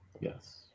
Yes